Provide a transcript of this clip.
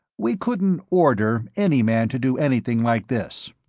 we couldn't order any man to do anything like this.